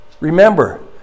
Remember